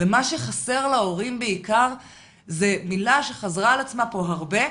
מה שחסר להורים בעיקר זו מילה שחזרה על עצמה פה הרבה,